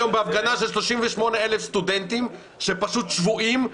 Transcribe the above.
הייתי היום בהפגנה של 38,000 סטודנטים שהם פשוט שבויים.